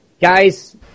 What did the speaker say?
guys